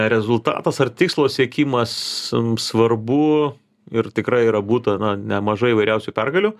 rezultatas ar tikslo siekimas svarbu ir tikrai yra būta na nemažai įvairiausių pergalių